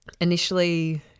initially